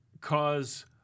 cause